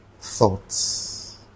thoughts